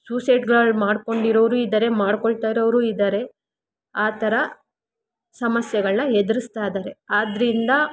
ಸೂಸೈಡ್ಗಳು ಮಾಡ್ಕೊಂಡಿರೋವ್ರು ಇದ್ದಾರೆ ಮಾಡ್ಕೊಳ್ತಾಯಿರೋರು ಇದ್ದಾರೆ ಆ ಥರ ಸಮಸ್ಯೆಗಳನ್ನ ಎದ್ರಿಸ್ತಾಯಿದ್ದಾರೆ ಆದ್ದರಿಂದ